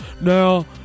Now